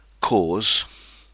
Cause